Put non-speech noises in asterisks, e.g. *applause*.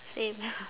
same *laughs*